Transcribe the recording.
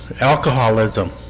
alcoholism